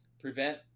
prevent